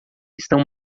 estão